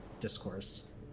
discourse